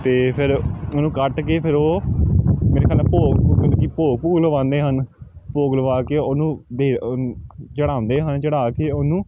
ਅਤੇ ਫਿਰ ਉਹਨੂੰ ਕੱਟ ਕੇ ਫਿਰ ਉਹ ਮੇਰੇ ਖਿਆਲ ਨਾਲ ਭੋਗ ਭੁਗ ਭੋਗ ਭੁਗ ਲਵਾਉਂਦੇ ਹਨ ਭੋਗ ਲਗਵਾ ਕੇ ਉਹਨੂੰ ਚੜਾਉਂਦੇ ਹਨ ਚੜ੍ਹਾ ਕੇ ਉਹਨੂੰ